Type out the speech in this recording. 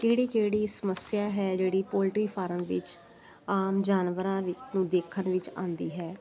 ਕਿਹੜੀ ਕਿਹੜੀ ਸਮੱਸਿਆ ਹੈ ਜਿਹੜੀ ਪੋਲਟਰੀ ਫਾਰਮ ਵਿੱਚ ਆਮ ਜਾਨਵਰਾਂ ਵਿੱਚ ਨੂੰ ਦੇਖਣ ਵਿੱਚ ਆਉਂਦੀ ਹੈ